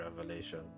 revelation